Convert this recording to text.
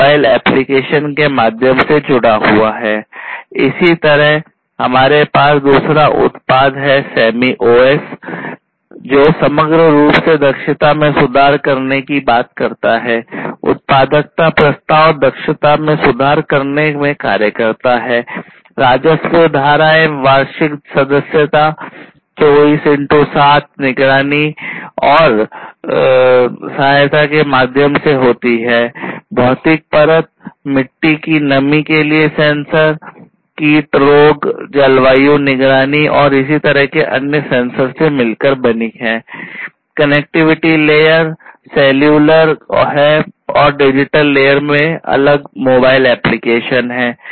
इसी तरहहमारे पास दूसरा उत्पाद है सेमिओस है और डिजिटल लेयर में अलग मोबाइल एप्लीकेशन है